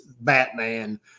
batman